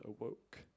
awoke